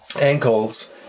ankles